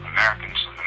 Americans